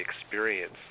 experience